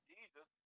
Jesus